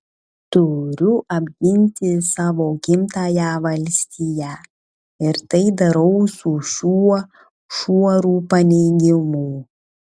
turiu apginti savo gimtąją valstiją ir tai darau su šiuo šuoru paneigimų